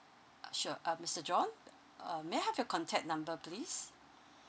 uh sure uh mister john uh may I have your contact number please